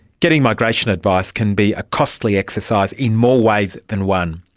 getting migration advice can be a costly exercise in more ways than one.